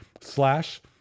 slash